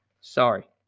Sorry